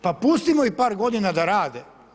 Pa pustimo ih par godina da rade.